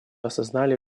осознали